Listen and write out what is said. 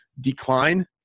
decline